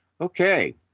Okay